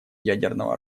ядерного